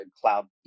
cloud